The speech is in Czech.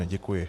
Děkuji.